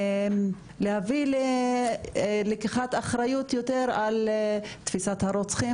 להביא ללקיחת אחריות יותר על תפיסת הרוצחים.